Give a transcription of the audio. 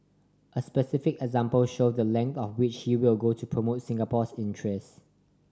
a specific example showed the length to which he will go to promote Singapore's interests